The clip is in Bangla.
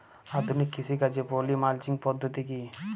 আধুনিক কৃষিকাজে পলি মালচিং পদ্ধতি কি?